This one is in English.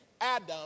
Adam